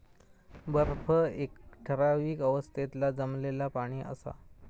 बर्फ एक ठरावीक अवस्थेतला जमलेला पाणि असा